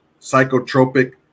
psychotropic